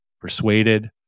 persuaded